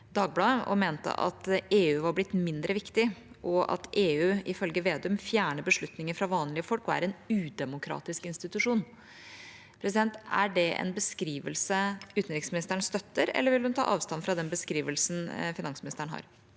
Dagbladet og mente at EU var blitt mindre viktig, og at EU, ifølge Vedum, «fjerner beslutninger fra vanlige folk og er en udemokratisk institusjon». Er det en beskrivelse utenriksministeren støtter, eller vil hun ta avstand fra den beskrivelsen finansministeren har?